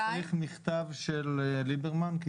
צריך מכתב של ליברמן.